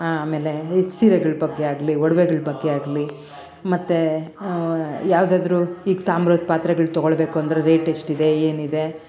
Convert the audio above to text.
ಆಮೇಲೆ ಈ ಸೀರೆಗಳ ಬಗ್ಗೆ ಆಗಲಿ ಒಡ್ವೆಗಳ ಬಗ್ಗೆ ಆಗಲಿ ಮತ್ತೆ ಯಾವುದಾದ್ರೂ ಈಗ ತಾಮ್ರದ ಪಾತ್ರೆಗಳು ತೊಗೊಳ್ಬೇಕು ಅಂದರೆ ಅದರ ರೇಟ್ ಎಷ್ಟಿದೆ ಏನಿದೆ